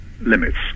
Limits